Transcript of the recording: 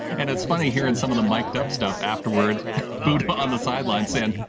and it's funny here in some of the mixed up stuff afterward buddha on the sideline saying,